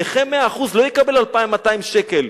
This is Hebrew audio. שנכה 100% לא יקבל 2,200 שקל,